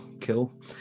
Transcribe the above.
Cool